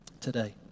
today